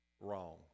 wrong